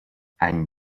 any